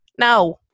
No